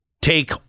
take